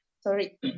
Sorry